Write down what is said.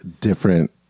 different